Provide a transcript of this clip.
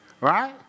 right